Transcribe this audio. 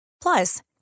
Plus